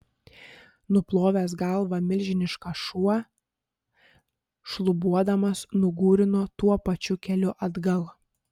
nuplovęs galvą milžiniškas šuo šlubuodamas nugūrino tuo pačiu keliu atgal